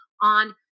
on